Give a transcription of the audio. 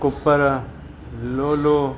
Cooper लोलो